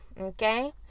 okay